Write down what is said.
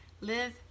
live